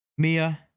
Mia